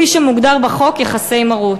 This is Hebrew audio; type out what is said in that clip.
כפי שמוגדר בחוק, יחסי מרות.